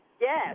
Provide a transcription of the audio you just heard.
Yes